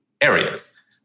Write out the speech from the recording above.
areas